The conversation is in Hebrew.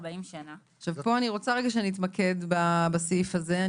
40 שנה"; עכשיו פה אני רוצה שנתמקד רגע בסעיף הזה,